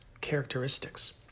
characteristics